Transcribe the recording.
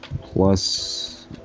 Plus